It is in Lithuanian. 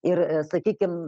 ir sakykim